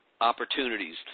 opportunities